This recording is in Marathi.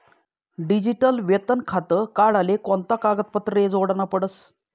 डिजीटल वेतन खातं काढाले कोणता कागदपत्रे जोडना पडतसं?